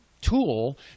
tool